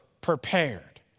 prepared